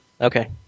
Okay